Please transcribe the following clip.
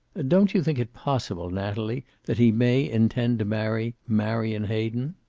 don't you think it possible, natalie, that he may intend to marry marion hayden?